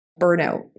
burnout